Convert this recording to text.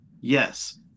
Yes